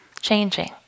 changing